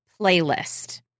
playlist